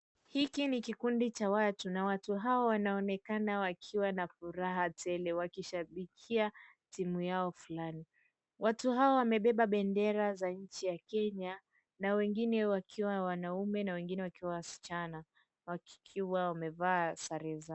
Hiki ni kikundi cha watu na watu hawa wanaonekana wakiwa na furaha tele wakishabikia timu yao fulani. Watu hawa wamebeba bendera za nchi ya Kenya na wengine wakiwa wanaume na wengine wakiwa wasichana, wakiwa wamevaa sare zao.